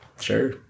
Sure